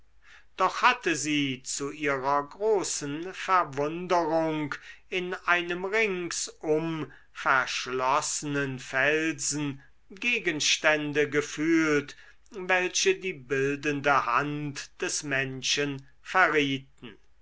doch hatte sie zu ihrer großen verwunderung in einem ringsum verschlossenen felsen gegenstände gefühlt welche die bildende hand des menschen verrieten